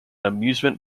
amusement